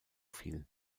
fiel